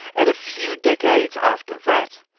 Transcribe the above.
and a few decades after that,